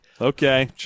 okay